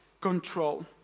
control